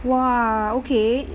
!wah! okay